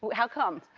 how come?